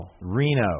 Reno